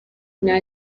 nta